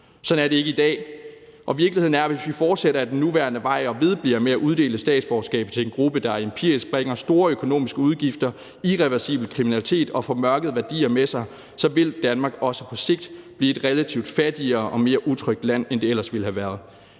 Sådan er det ikke i dag, og virkeligheden er, at hvis vi fortsætter ad den nuværende vej og vedbliver med at uddele statsborgerskaber til en gruppe, der empirisk set bringer store økonomiske udgifter, irreversibel kriminalitet og formørkede værdier med sig, så vil Danmark også på sigt blive et relativt fattigere og mere utrygt land, end det ellers ville have været.